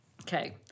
Okay